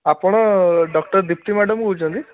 ଆପଣ doctor Dipti madam କହୁଛନ୍ତି